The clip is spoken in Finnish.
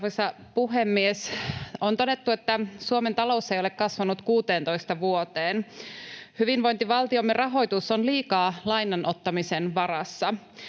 Arvoisa puhemies! On todettu, että Suomen talous ei ole kasvanut 16 vuoteen. Hyvinvointivaltiomme rahoitus on liikaa lainan ottamisen varassa.